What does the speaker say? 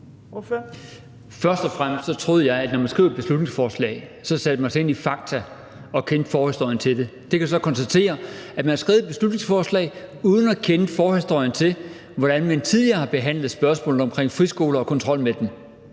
Først og fremmest troede jeg, at når man skriver et beslutningsforslag, har man sat sig ind i fakta og kender forhistorien til det. Jeg kan så konstatere, at man har skrevet et beslutningsforslag uden at kende forhistorien til, hvordan man tidligere har behandlet spørgsmålet omkring friskoler og kontrollen med dem.